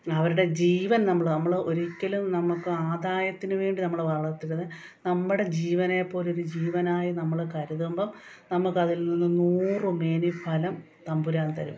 അവരുടെ ജീവൻ നമ്മള് നമ്മള് ഒരിക്കലും നമുക്ക് ആദായത്തിനുവേണ്ടി നമ്മള് വളർത്തരുത് നമ്മുടെ ജീവനെപ്പോലെ ഒരു ജീവനായി നമ്മള് കരുതുമ്പോള് നമ്മുക്കതിൽനിന്നും നൂറുമേനി ഫലം തമ്പുരാൻ തരും